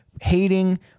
hating